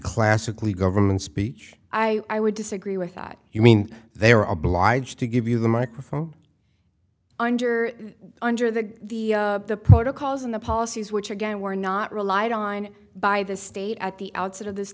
classically government speech i i would disagree with that you mean they are obliged to give you the microphone under under that the the protocols and the policies which again were not relied on by the state at the outset of this